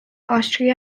austria